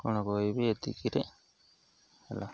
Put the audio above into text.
କଣ କହିବି ଏତିକିରେ ହେଲା